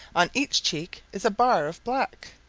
on each cheek is a bar of black.